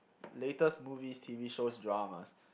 latest movies T_V shows dramas